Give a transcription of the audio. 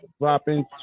dropping